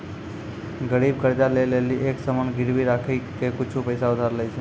गरीब कर्जा ले लेली एक सामान गिरबी राखी के कुछु पैसा उधार लै छै